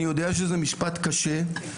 אני יודע שזה משפט קשה,